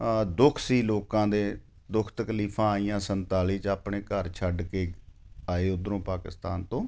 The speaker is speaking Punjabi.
ਦੁੱਖ ਸੀ ਲੋਕਾਂ ਦੇ ਦੁੱਖ ਤਕਲੀਫਾਂ ਆਈਆਂ ਸੰਤਾਲੀ 'ਚ ਆਪਣੇ ਘਰ ਛੱਡ ਕੇ ਆਏ ਉੱਧਰੋਂ ਪਾਕਿਸਤਾਨ ਤੋਂ